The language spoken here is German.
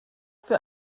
für